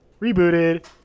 Rebooted